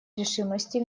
решимости